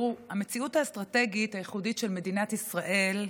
המציאות האסטרטגית הייחודית של מדינת ישראל,